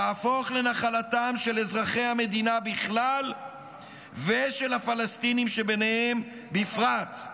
תהפוך לנחלתם של אזרחי המדינה בכלל ושל הפלסטינים שביניהם בפרט.